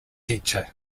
teacher